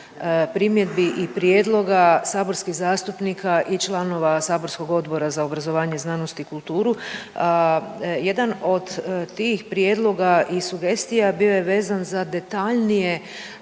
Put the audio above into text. primjedbi i prijedloga saborskih zastupnika i članova saborskog Odbora za obrazovanje, znanost i kulturu. Jedan od tih prijedloga i sugestija bio je vezan za detaljnije